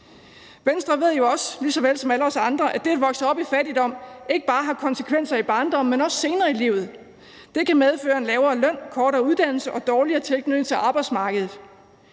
Venstre ved jo også lige så vel som alle os andre, at det at vokse op i fattigdom ikke bare har konsekvenser i barndommen, men også senere i livet. Det kan medføre en lavere løn, kortere uddannelse og dårligere tilknytning til arbejdsmarkedet,